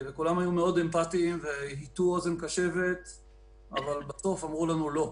כולם היו מאוד אמפתיים והטו אוזן קשבת אבל בסוף אמרנו לנו לא.